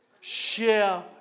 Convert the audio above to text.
share